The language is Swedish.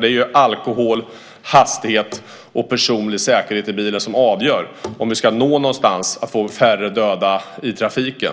Det är ju alkohol, hastighet och personlig säkerhet i bilen som avgör om vi ska nå någonstans när det gäller att få färre döda i trafiken.